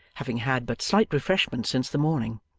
having had but slight refreshment since the morning.